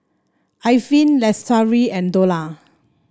Alfian Lestari and Dollah